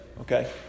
Okay